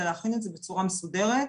אלא להכין את זה בצורה מסודרת.